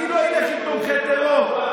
אני לא אלך עם תומכי טרור.